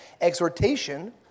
exhortation